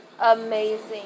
amazing